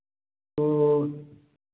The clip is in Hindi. तो